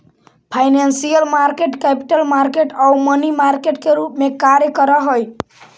financial market capital market आउ money market के रूप में कार्य करऽ हइ